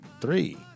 three